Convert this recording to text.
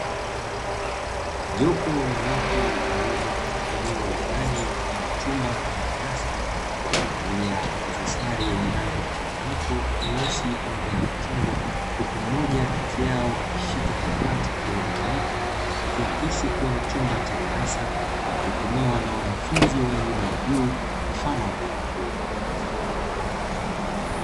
Jopo la watu waliopo eneo la ndani mfano wa chumba ama darasa, waliovalia mavazi sare yenye rangi mchanganyiko nyeusi pamoja na machungwa, huku mmoja kati yao akishika kifaa cha kielektroniki kikiakisi kuwa ni chumba cha darasa, kinachotumiwa na wanafunzi wa elimu ya juu, mfano wa vyuo vikuu.